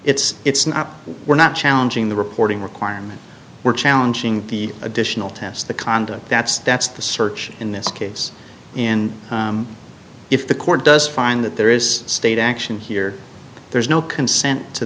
it's it's not we're not challenging the reporting requirement we're challenging the additional tests the conduct that's that's the search in this case in if the court does find that there is state action here there's no consent to